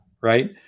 right